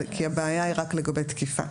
כי הבעיה היא רק לגבי תקיפה.